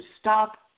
stop